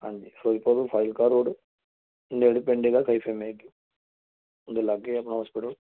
ਹਾਂਜੀ ਫਿਰੋਜ਼ਪੁਰ ਤੋਂ ਫਾਜ਼ਿਲਕਾ ਰੋਡ ਨੇੜੇ ਪਿੰਡ ਹੈਗਾ ਉਹਦੇ ਲਾਗੇ ਆ ਆਪਣਾ ਹੋਸਪਿਟਲ